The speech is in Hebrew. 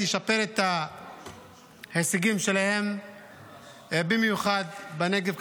לשפר את ההישגים שלהם במיוחד בנגב,